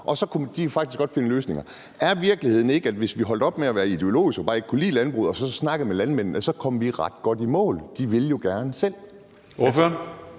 Så de kunne faktisk godt finde løsninger. Er virkeligheden ikke, at hvis vi holdt op med at være ideologiske og holdt op med bare ikke at kunne lide landbruget og så snakkede med landmændene, ville vi komme ret godt i mål? De vil jo gerne selv. Kl.